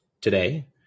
today